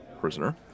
prisoner